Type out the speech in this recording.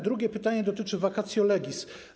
Drugie pytanie dotyczy vacatio legis.